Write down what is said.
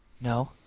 No